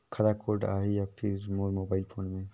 खाता कोड आही या फिर मोर मोबाइल फोन मे?